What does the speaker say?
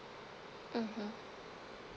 mmhmm